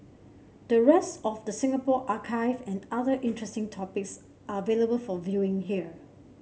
the rest of the Singapore archive and other interesting topics are available for viewing here